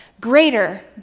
greater